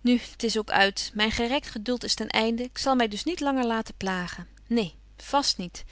nu t is ook uit myn gerekt geduld is ten einde ik zal my dus niet langer laten plagen neen vast niet